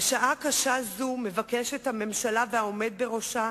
בשעה קשה זו מבקשת הממשלה ומבקש העומד בראשה